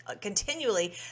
continually